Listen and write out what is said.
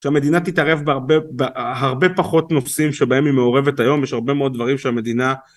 שהמדינה תתערב בהרבה פחות נושאים שבהם היא מעורבת היום, יש הרבה מאוד דברים שהמדינה...